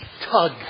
tug